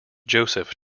joseph